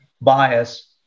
bias